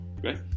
great